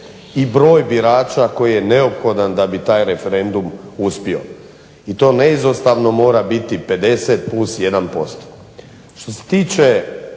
i broj birača koji je neophodan da bi taj referendum uspio. I to neizostavno mora biti 50 plus